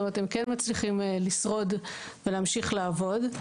כלומר הם כן מצליחים לשרוד ולהמשיך לעבוד.